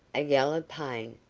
a yell of pain!